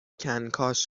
کنکاش